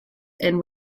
and